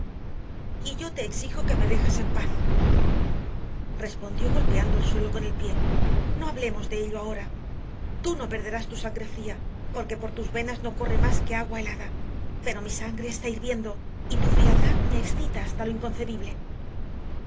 yo te exijo que me dejes en paz respondió golpeando el suelo con el pie no hablemos de ello ahora tú no perderás tu sangre fría porque por tus venas no corre más que agua helada pero mi sangre está hirviendo y tu frialdad me excita hasta lo inconcebible